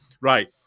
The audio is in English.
right